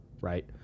right